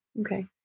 Okay